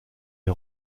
les